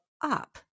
up